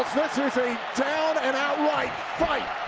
this is a town and outright fight.